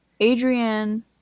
Adrienne